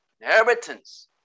inheritance